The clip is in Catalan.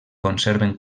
conserven